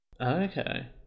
Okay